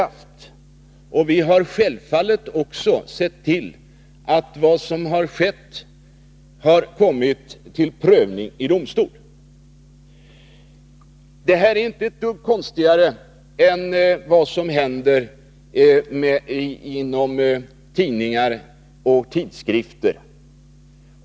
Och vi har självfallet också sett till att vad som skett har kommit till prövning bl.a. i domstol. Detta är inte ett dugg konstigare än vad som händer beträffande tidningar och tidskrifter.